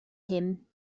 him